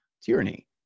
tyranny